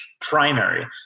primary